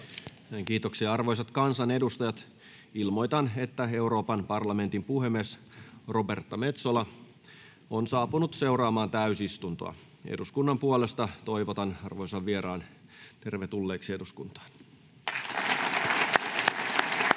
1.7.2023. Arvoisat kansanedustajat! Ilmoitan, että Euroopan parlamentin puhemies Roberta Metsola on saapunut seuraamaan täysistuntoa. Eduskunnan puolesta toivotan arvoisan vieraan tervetulleeksi eduskuntaan.